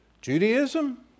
Judaism